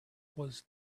was